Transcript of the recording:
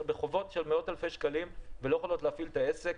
הן בחובות של מאות אלפי שקלים והן לא יכולות להפעיל את העסק.